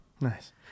Nice